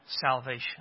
salvation